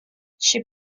she